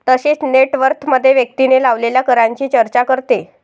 तसेच नेट वर्थमध्ये व्यक्तीने लावलेल्या करांची चर्चा करते